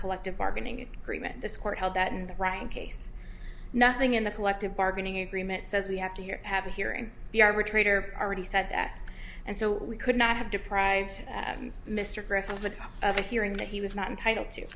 collective bargaining agreement this court held that and rank case nothing in the collective bargaining agreement says we have to here have a hearing the arbitrator already said that and so we could not have deprived mr griffith of a hearing that he was not entitled to